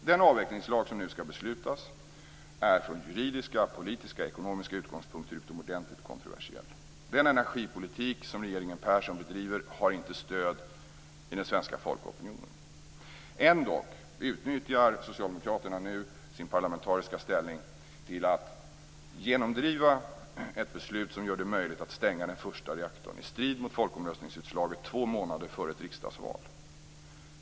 Den avvecklingslag som vi nu skall besluta om är från juridiska, politiska och ekonomiska utgångspunkter utomordentligt kontroversiell. Den energipolitik som regeringen Persson bedriver har inte stöd i den svenska folkopinionen. Ändå utnyttjar socialdemokraterna nu sin parlamentariska ställning till att genomdriva ett beslut som gör det möjligt att stänga den första reaktorn i strid mot folkomröstningsutslaget två månader före ett riksdagsval.